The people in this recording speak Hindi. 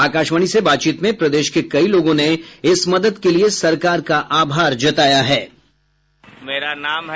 आकाशवाणी से बातचीत में प्रदेश के कई लोगों ने इस मदद के लिए सरकार का आभार जताया है